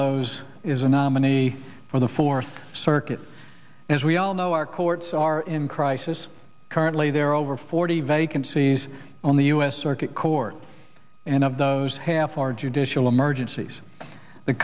those is a nominee for the fourth circuit as we all know our courts are in crisis currently there are over forty vacancies on the u s circuit court and of those half are judicial emergencies the